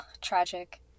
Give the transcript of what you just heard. tragic